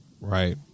right